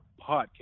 Podcast